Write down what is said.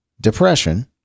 depression